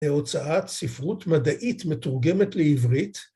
הוצאת ספרות מדעית מתורגמת לעברית.